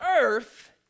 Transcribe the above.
earth